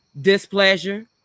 displeasure